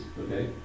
okay